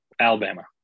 Alabama